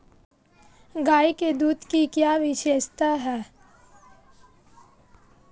गाय के दूध की क्या विशेषता है?